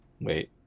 Wait